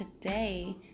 today